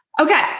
Okay